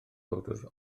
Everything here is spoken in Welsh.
bowdr